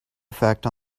effect